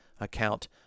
account